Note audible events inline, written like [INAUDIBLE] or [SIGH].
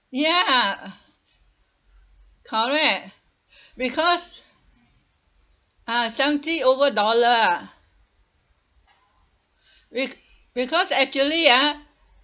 ya correct [BREATH] because ah seventy over dollar be~ because actually ah